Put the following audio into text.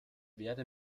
werde